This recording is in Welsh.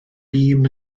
bum